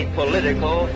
political